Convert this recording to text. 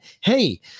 hey